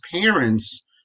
parents